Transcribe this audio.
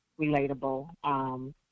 relatable